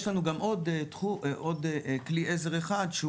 יש לנו גם עוד כלי עזר אחד שהוא